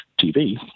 TV